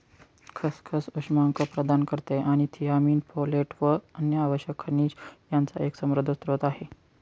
खसखस उष्मांक प्रदान करते आणि थियामीन, फोलेट व अन्य आवश्यक खनिज यांचा एक समृद्ध स्त्रोत आहे